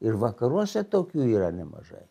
ir vakaruose tokių yra nemažai